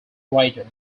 writer